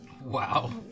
Wow